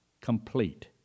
complete